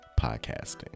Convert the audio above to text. podcasting